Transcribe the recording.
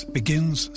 begins